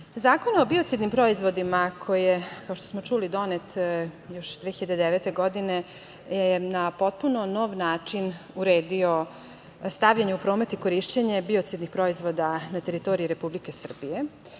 Zakon o biocidnim proizvodima koji je, kao što smo čuli, donet još 2009. godine je na potpuno nov način uredio stavljanju u promet i korišćenje biocidnih proizvoda na teritoriji Republike Srbije